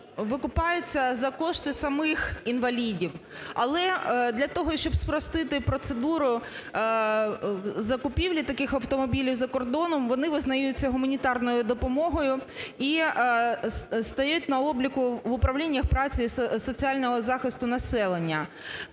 викупаються за кошти самих інвалідів. Але для того, щоб спростити процедуру закупівлі таких автомобілів за кордоном, вони визнаються гуманітарною допомогою і стоять на обліку в управліннях праці і соціального захисту населення.